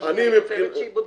אני בודקת.